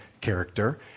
character